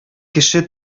кеше